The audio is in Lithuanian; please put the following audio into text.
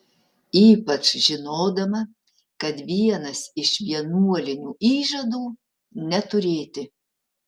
ypač žinodama kad vienas iš vienuolinių įžadų neturėti